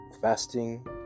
fasting